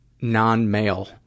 non-male